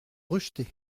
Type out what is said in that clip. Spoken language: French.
rejeter